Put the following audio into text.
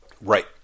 Right